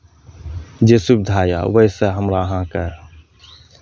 जे सुविधा यए ओहिसँ हम अहाँकेँ